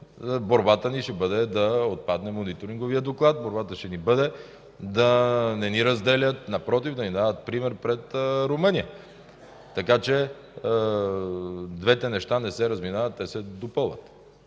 борбата ни ще бъде да отпадне мониторинговият доклад. Борбата ни ще бъде да не ни разделят, напротив, да ни дават пример пред Румъния, така че двете неща не се разминават. Те се допълват.